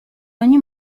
ogni